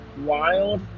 wild